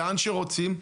לאן שרוצים.